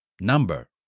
number